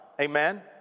Amen